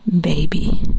baby